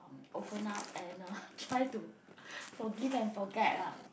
open up and uh try to forgive and forget lah